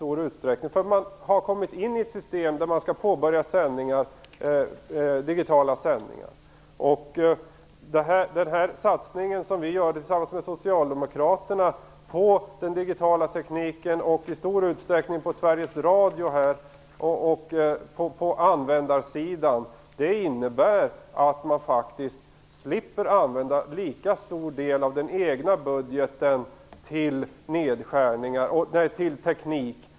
Man har kommit in i ett system där man skall påbörja digitala sändningar. Satsningen som vi gör tillsammans med socialdemokraterna på den digitala tekniken, på Sveriges Radio och inom användarsidan innebär att man slipper använda en lika stor del av den egna budgeten till teknik.